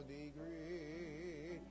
degree